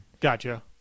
gotcha